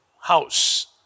house